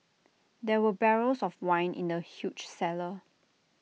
there were barrels of wine in the huge cellar